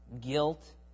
guilt